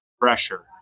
pressure